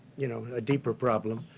you know, a deeper problem.